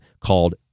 called